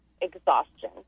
exhaustion